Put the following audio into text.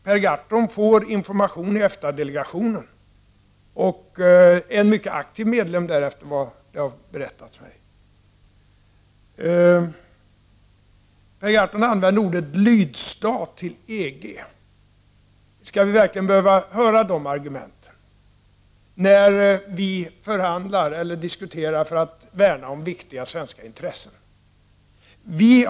Per Gahrton får information i EFTA-delegationen, och han är en mycket aktiv medlem där, efter vad jag har hört. Per Gahrton använde orden ”lydstat till EG”. Skall vi verkligen behöva höra de argumenten, när vi förhandlar eller diskuterar för att värna om viktiga svenska intressen?